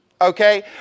Okay